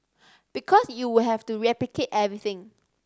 because you would have to replicate everything